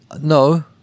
No